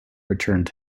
returned